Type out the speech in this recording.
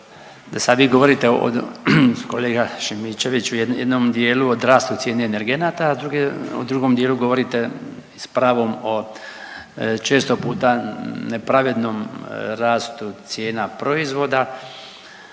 I sad vi govorite ovdje kolega Šimičeviću u jednom dijelu o rastu cijena energenata, a s druge, a u drugom dijelu govorite s pravom o često puta nepravednom rastu cijena proizvoda